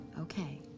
Okay